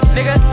Nigga